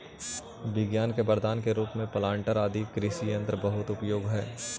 विज्ञान के वरदान के रूप में प्लांटर आदि कृषि यन्त्र बहुत उपयोगी हई